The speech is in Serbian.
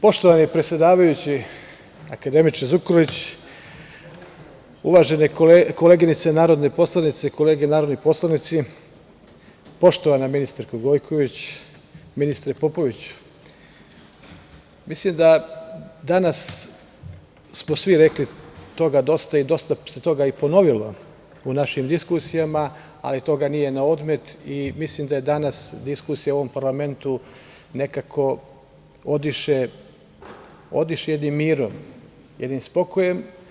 Poštovani predsedavajući, akademiče Zukorlić, uvažene koleginice narodne poslanice, kolege narodni poslanici, poštovana ministarko Gojković, ministre Popović, mislim da danas smo svi dosta toga rekli i dosta se toga ponovilo u našim diskusijama, ali toga nije na odmet i mislim da je danas diskusija u ovom parlamentu nekako odiše jednim mirom, jednim spokojem.